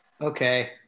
Okay